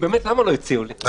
האמת, למה לא הציעו לי?